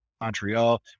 Montreal